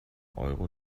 euro